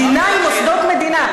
מדינה היא מוסדות מדינה.